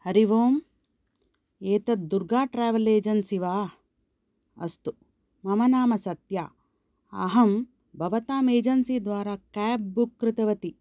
हरि ओम् एतत् Durga travel agency वा अस्तु मम नाम सत्या अहं भवताम् एजन्सि द्वारा काब् बुक् कृतवती